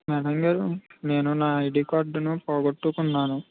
madam గారు నేను నా ఐడి కార్డును పోగొట్టుకున్నాను